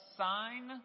sign